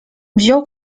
wziął